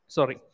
Sorry